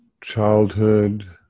childhood